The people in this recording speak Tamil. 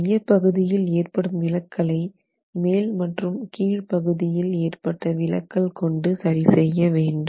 மையப் பகுதியில் ஏற்படும் விலக்கலை மேல் மற்றும் கீழ்பகுதியில் ஏற்பட்ட விலக்கல் கொண்டு சரி செய்ய வேண்டும்